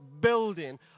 building